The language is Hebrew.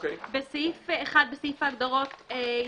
בסעיף 1, סעיף ההגדרות, התווסף: